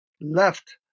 left